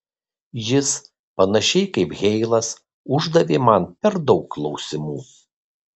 jis panašiai kaip heilas uždavė man per daug klausimų